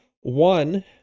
One